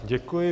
Děkuji.